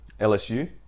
LSU